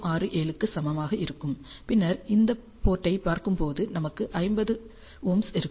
067 க்கு சமமாக இருக்கும் பின்னர் இந்த போர்ட் ஐப் பார்க்கும்போது நமக்கு 50Ω இருக்கும்